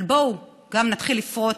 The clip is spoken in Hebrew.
אבל בואו נתחיל גם לפרוט